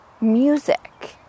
music